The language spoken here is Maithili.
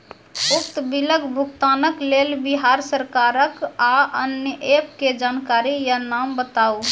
उक्त बिलक भुगतानक लेल बिहार सरकारक आअन्य एप के जानकारी या नाम बताऊ?